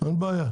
אין בעיה.